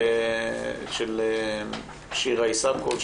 התיק של שירה איסקוב,